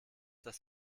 das